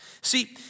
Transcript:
See